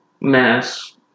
mass